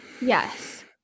Yes